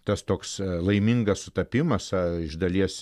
tas toks laimingas sutapimas ar iš dalies